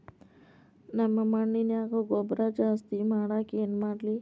ನಮ್ಮ ಮಣ್ಣಿನ್ಯಾಗ ಗೊಬ್ರಾ ಜಾಸ್ತಿ ಮಾಡಾಕ ಏನ್ ಮಾಡ್ಲಿ?